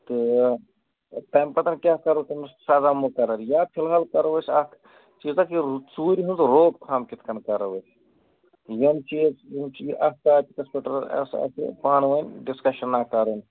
تہٕ تَمہِ پَتن کیٛاہ کَرو تٔمِس سَزا مُقرر یا فِلہال کَرو أسۍ اَکھ چیٖزا کہِ ژوٗرِ ہٕنٛز روک تھام کِتھٕ کٔنۍ کَرو أسۍ یِم چیٖز یِہُنٛد چھُ یہِ اَتھ ٹاپِکس پٮ۪ٹھ ٲسۍ اَسہِ پانہٕ وٲنۍ ڈِسکَشنا کَرُن